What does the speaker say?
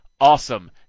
awesome